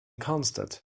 constant